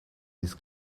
this